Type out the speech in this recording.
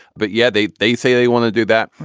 but yeah they they say they want to do that.